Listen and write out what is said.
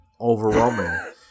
overwhelming